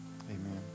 Amen